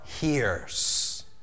hears